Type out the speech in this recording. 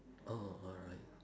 oh alright